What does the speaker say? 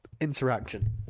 interaction